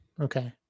okay